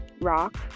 rock